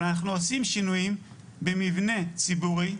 אבל אנחנו עושים שיניים במבנה ציבורי,